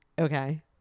Okay